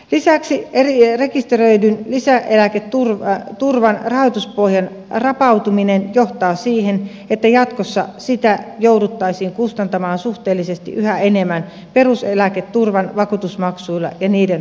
lisäksi rekisteröidyn lisäeläketurvan rahoituspohjan rapautuminen johtaa siihen että jatkossa sitä jouduttaisiin kustantamaan suhteellisesti yhä enemmän peruseläketurvan vakuutusmaksuilla ja niiden tuotoilla